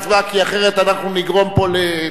אשר מעל הבמה הודיע שהוא תומך בחוק,